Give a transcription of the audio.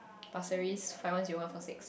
Pasir-Ris five one zero one four six